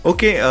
Okay